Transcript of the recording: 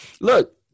look